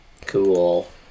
Cool